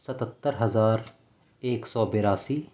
ستتر ہزار ایک سو بیاسی